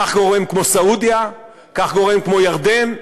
כך גורם כמו סעודיה, כך גורם כמו ירדן.